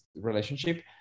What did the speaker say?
relationship